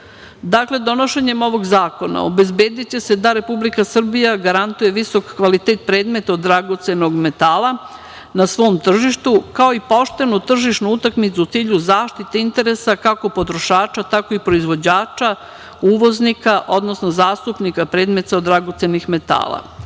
donošenjem ovog zakona obezbediće se da Republika Srbija garantuje visok kvalitet predmeta od dragocenog metala na svom tržištu, kao i poštenu tržišnu utakmicu u cilju zaštite interesa kako potrošača, tako i proizvođača, uvoznika, odnosno zastupnika predmeta od dragocenih metala. To